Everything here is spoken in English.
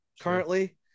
currently